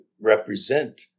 represent